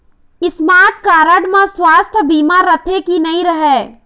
Smart card म सुवास्थ बीमा रथे की नई रहे?